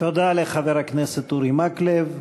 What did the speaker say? תודה לחבר הכנסת אורי מקלב.